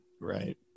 Right